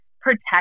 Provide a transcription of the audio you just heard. protect